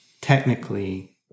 technically